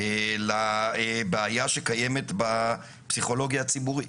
לבעיה שקיימת בפסיכולוגיה הציבורית.